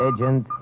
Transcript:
Agent